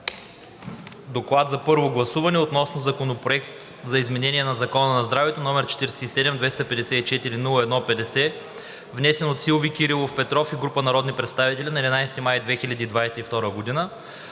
приеме на първо гласуване Законопроекта за изменение на Закона за здравето, № 47-254-01-50, внесен от Силви Кирилов Петров и група народни представители на 11 май 2022 г.“